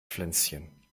pflänzchen